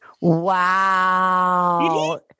Wow